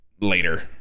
later